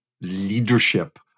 leadership